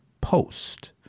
post